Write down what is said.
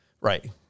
Right